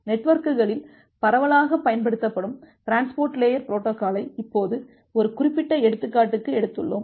நெட்வொர்க்குகளில் பரவலாகப் பயன்படுத்தப்படும் transport layer பொரோட்டோகாலை இப்போது ஒரு குறிப்பிட்ட எடுத்துக்காட்டுக்கு எடுத்துக்கொள்வோம்